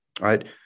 right